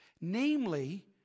namely